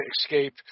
escape